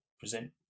present